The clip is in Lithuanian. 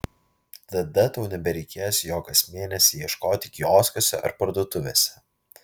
tada tau nebereikės jo kas mėnesį ieškoti kioskuose ir parduotuvėse